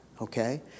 okay